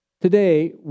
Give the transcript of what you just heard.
today